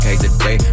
today